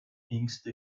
ängste